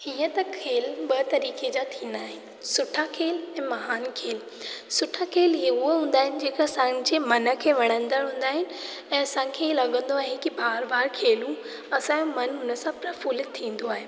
हीअं त खेल ॿ तरीक़े जा थींदा आहिनि सुठा खेल ऐं महान खेल सुठा खेल उहे हूंदा आहिनि जेका असांजे मन खे वणंदड़ हूंदा आहिनि ऐं असां खे लॻंदो आहे की बार बार खेलूं असां जो मनु न सफिर प्रफुल्लित थींदो आहे